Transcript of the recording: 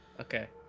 Okay